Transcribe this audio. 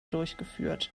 durchgeführt